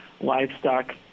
livestock